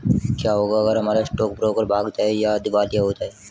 क्या होगा अगर हमारा स्टॉक ब्रोकर भाग जाए या दिवालिया हो जाये?